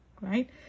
right